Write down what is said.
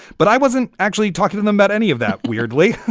but i wasn't actually talking to them about any of that. weirdly,